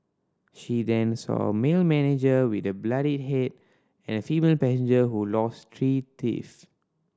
she then saw a male manager with a bloodied head and a female passenger who lost three teeth